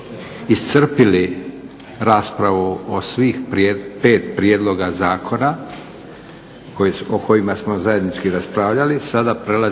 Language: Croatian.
iscrpli raspravu o svih 5 prijedloga zakona o kojima smo zajednički raspravljali, sada prelazimo